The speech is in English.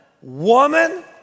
woman